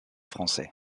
français